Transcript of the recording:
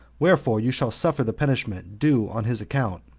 wherefore you shall suffer the punishment due on his account,